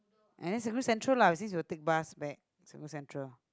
and Serangoon central lah which is you take bus back Serangoon central